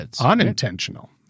unintentional